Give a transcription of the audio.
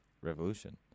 revolution